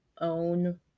own